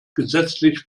gesetzlich